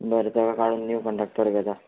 बरें तेका काडून नीव कंडक्टर घेता